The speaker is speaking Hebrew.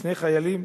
שני חיילים,